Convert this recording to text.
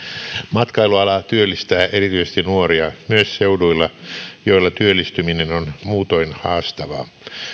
matkailuala työllistää erityisesti nuoria myös seuduilla joilla työllistyminen on muutoin haastavaa